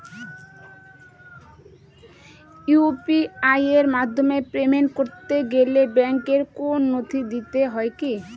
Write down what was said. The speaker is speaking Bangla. ইউ.পি.আই এর মাধ্যমে পেমেন্ট করতে গেলে ব্যাংকের কোন নথি দিতে হয় কি?